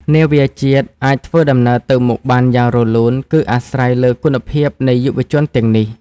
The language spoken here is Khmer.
នាវាជាតិអាចធ្វើដំណើរទៅមុខបានយ៉ាងរលូន គឺអាស្រ័យលើគុណភាពនៃយុវជនទាំងនេះ។